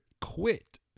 quit